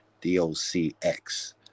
D-O-C-X